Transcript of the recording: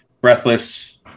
breathless